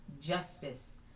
justice